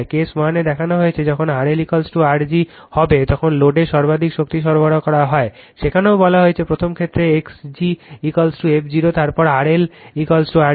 case 1 এ দেখানো হয়েছে যখন RLR g হবে তখন লোডে সর্বাধিক শক্তি সরবরাহ করা হয় সেখানেও বলা হয়েছে প্রথম ক্ষেত্রে X gf0 তারপর RLR g